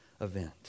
event